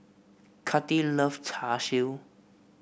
Cathi loves Char Siu